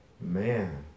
Man